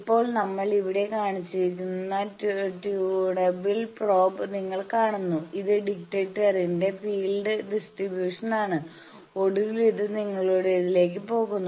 ഇപ്പോൾ നമ്മൾ ഇവിടെ കാണിച്ചിരിക്കുന്ന ട്യൂണബിൾ പ്രോബ് നിങ്ങൾ കാണുന്നു ഇത് ഡിറ്റക്ടറിന്റെ ഫീൽഡ് ഡിസ്ട്രിബ്യൂഷനാണ് ഒടുവിൽ ഇത് നിങ്ങളുടേതിലേക്ക് പോകുന്നു